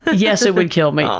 yes, it would kill me.